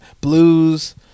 blues